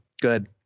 good